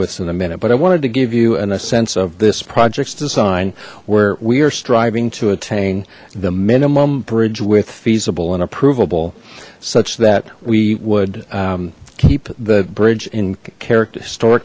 widths in a minute but i wanted to give you an a sense of this projects design where we are striving to attain the minimum bridge with feasible and approvable such that we would keep the bridge in character histor